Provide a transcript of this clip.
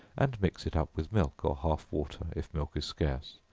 and mix it up with milk, or half water, if milk is scarce,